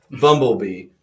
Bumblebee